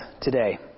today